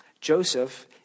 Joseph